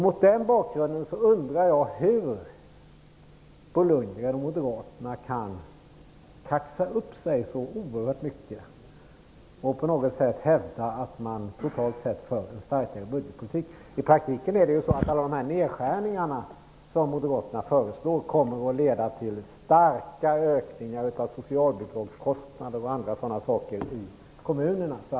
Mot den bakgrunden undrar jag hur Bo Lundgren och moderaterna kan kaxa upp sig så oerhört mycket och hävda att man för en starkare budgetpolitik. I praktiken kommer alla nedskärningar som moderaterna föreslår att leda till större ökningar av socialbidragskostnader och andra sådana kostnader för kommunerna.